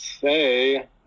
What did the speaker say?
say